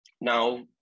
Now